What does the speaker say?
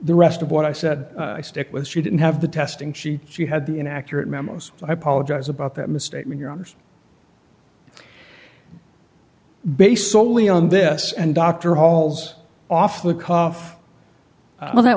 the rest of what i said i stick with she didn't have the testing she she had the inaccurate memos i apologize about that mistake when you're honest based solely on this and dr hall's off the cuff well that